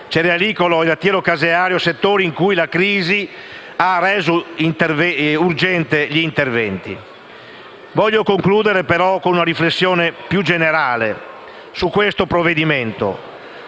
cerealitico e lattiero-caseario, settori in cui la crisi ha reso urgenti gli interventi. Voglio concludere però con una riflessione più generale sul provvedimento